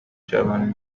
جوان